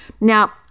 Now